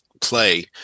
play